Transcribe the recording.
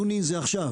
יוני זה עכשיו.